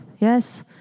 Yes